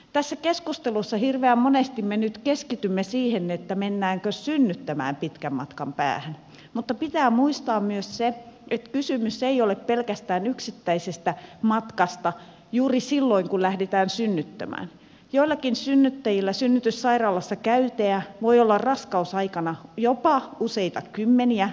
tässä keskustelussa hirveän monesti me nyt keskitymme siihen mennäänkö synnyttämään pitkän matkan päähän mutta pitää muistaa myös se että kysymys ei ole pelkästään yksittäisestä matkasta juuri silloin kun lähdetään synnyttämään vaan joillakin synnyttäjillä synnytyssairaalassa käyntejä käyntejä äitiyspoliklinikalla voi olla raskausaikana jopa useita kymmeniä